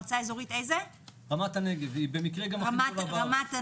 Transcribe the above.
היא במקרה גם הכי גדולה בארץ.